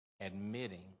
admitting